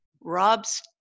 Rob's